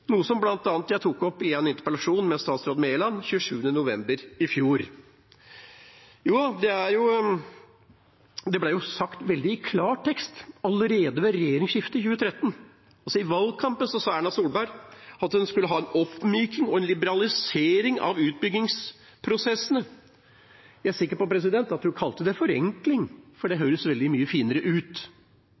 jeg bl.a. tok opp i en interpellasjon med statsråd Mæland den 27. november i fjor. Det ble sagt i veldig klar tekst allerede ved regjeringsskiftet i 2013. I valgkampen sa Erna Solberg at hun ville ha en oppmyking og liberalisering av utbyggingsprosessene. Jeg er sikker på at hun kalte det forenkling, for det høres veldig mye finere ut.